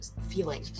feeling